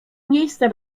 miejsca